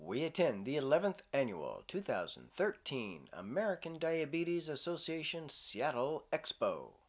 we attend the eleventh annual two thousand and thirteen american diabetes association seattle